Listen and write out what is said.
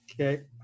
Okay